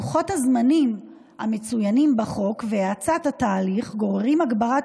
לוחות הזמנים המצוינים בחוק והאצת התהליך גוררים הגברת